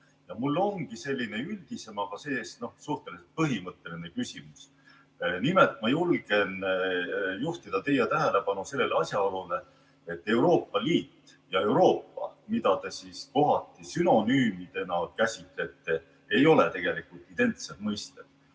Ja mul ongi selline üldisem, aga see-eest suhteliselt põhimõtteline küsimus. Nimelt, ma julgen juhtida teie tähelepanu sellele asjaolule, et Euroopa Liit ja Euroopa, mida te siis kohati sünonüümidena käsitate, ei ole tegelikult identsed mõisted.